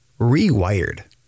rewired